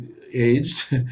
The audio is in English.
aged